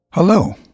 Hello